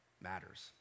matters